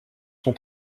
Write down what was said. son